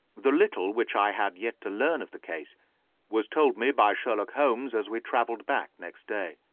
the little which i had yet to learn of the case was told me by sherlock holmes as we travelled back next day.